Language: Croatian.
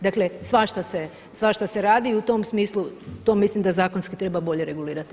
Dakle, svašta se radi i u tom smislu, to mislim da zakonski treba bolje regulirati.